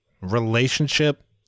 Relationship